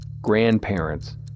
grandparents